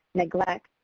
neglect,